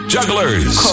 Jugglers